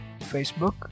Facebook